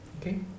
okay